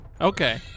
Okay